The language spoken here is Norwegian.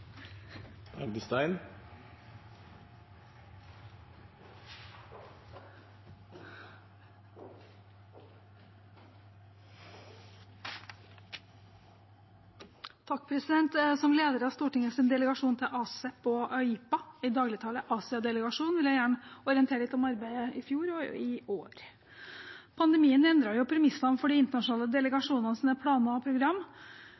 Som leder av Stortingets delegasjon til ASEP og AIPA, i dagligtale Asia-delegasjonen, vil jeg gjerne orientere litt om arbeidet i fjor og i år. Pandemien endret jo premissene for de internasjonale delegasjonenes planer og